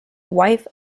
wife